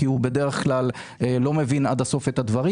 כי הוא בדרך כלל לא מבין את הדברים עד הסוף.